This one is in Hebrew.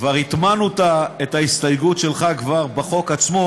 כבר הטמענו את ההסתייגות שלך בחוק עצמו,